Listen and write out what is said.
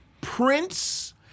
Prince